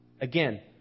Again